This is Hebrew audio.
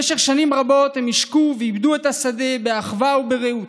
במשך שנים רבות הם השקו ועיבדו את השדה באחווה וברעות.